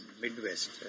Midwest